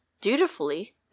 dutifully